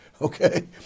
Okay